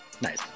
Nice